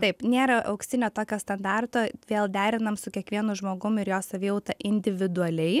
taip nėra auksinio tokio standarto vėl derinam su kiekvienu žmogum ir jo savijauta individualiai